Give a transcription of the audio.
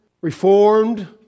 Reformed